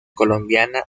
colombiana